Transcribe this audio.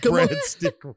Breadstick